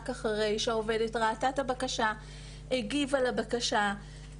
אחרי שהעובדת ראתה את הבקשה והגיבה לבקשה.